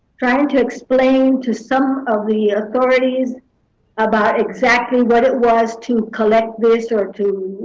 trying to explain to some of the authorities about exactly what it was to collect this or to,